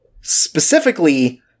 specifically